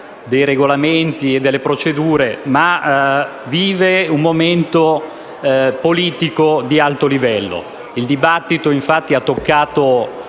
regolamenti e procedure, ma vive un momento politico di alto livello: il dibattito, infatti, ha toccato